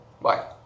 Bye